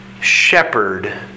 shepherd